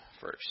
first